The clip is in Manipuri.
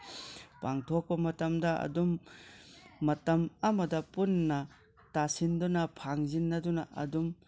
ꯞꯥꯡꯊꯣꯛꯄ ꯃꯇꯝꯗ ꯑꯗꯨꯝ ꯃꯇꯝ ꯑꯃꯗ ꯄꯨꯟꯅ ꯇꯥꯁꯤꯟꯅꯗꯨꯅ ꯐꯥꯡꯖꯤꯟꯅꯗꯨꯅ ꯑꯗꯨꯝ